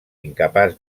incapaç